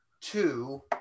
two